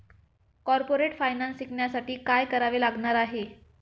Corporate finance शिकण्यासाठी काय करावे लागणार आहे?